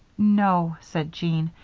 no said jean.